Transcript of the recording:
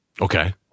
Okay